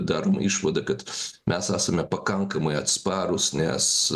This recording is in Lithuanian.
daroma išvada kad mes esame pakankamai atsparūs nes